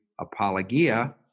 apologia